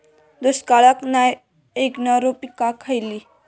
दुष्काळाक नाय ऐकणार्यो पीका खयली?